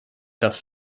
das